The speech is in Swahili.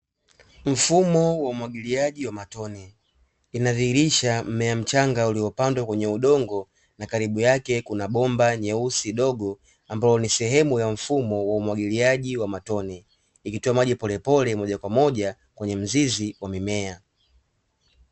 Mfuma wa umwagiliaji wa matone inadhihirisha mmea mchanga uliyopandwa kwenye udongo na karibu yake, kuna bomba nyeusi dogo ambalo ni sehemu ya mfumo wa umwagiliaji wa matone ikitoa maji polepole moja kwa moja kwenye mzizi wa mimea.